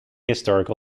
historical